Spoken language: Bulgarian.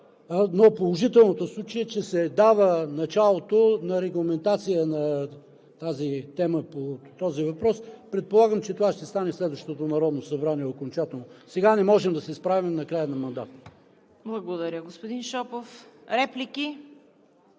Но положителното в случая е, че се дава началото на регламентация на тази тема по този въпрос. Предполагам, че това ще стане в следващото Народно събрание окончателно. Сега не можем да се справим накрая на мандата. ПРЕДСЕДАТЕЛ ЦВЕТА КАРАЯНЧЕВА: Благодаря, господин Шопов. Реплики?